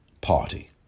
Party